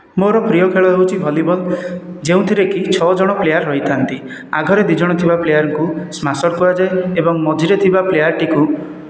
ମୋର ପ୍ରିୟ ଖେଳ ହେଉଛି ଭଲିବଲ୍ ଯେଉଁଥିରେ କି ଛଅ ଜଣ ପ୍ଲେୟାର ରହିଥାନ୍ତି ଆଗରେ ଦୁଇଜଣ ଥିବା ପ୍ଲେୟାରକୁ ସ୍ମାସର କୁହାଯାଏ ଏବଂ ମଝିରେ ଥିବା ପ୍ଲେୟାର ଟିକୁ